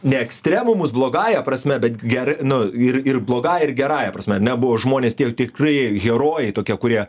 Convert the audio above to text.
ne ekstremumus blogąja prasme bet gerai nu ir ir blogąją ir gerąja prasme na buvo žmonės tie tikrai herojai tokie kurie